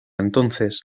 entonces